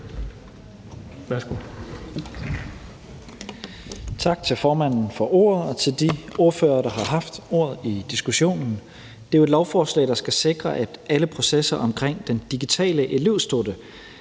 Tak til formanden for ordet, og tak til de ordførere, der har haft ordet under diskussionen. Det er jo et lovforslag, der skal sikre, at alle processer omkring den digitale elevstøtte